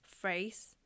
phrase